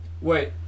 Wait